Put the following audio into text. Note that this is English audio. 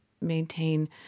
maintain